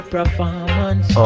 performance